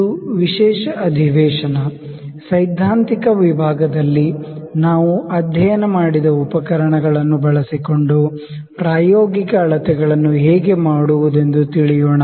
ಇದು ವಿಶೇಷ ಅಧಿವೇಶನ ಸೈದ್ಧಾಂತಿಕ ವಿಭಾಗದಲ್ಲಿ ನಾವು ಅಧ್ಯಯನ ಮಾಡಿದ ಉಪಕರಣಗಳನ್ನು ಬಳಸಿಕೊಂಡು ಪ್ರಾಯೋಗಿಕ ಅಳತೆಗಳನ್ನು ಹೇಗೆ ಮಾಡುವುದೆಂದು ತಿಳಿಯೋಣ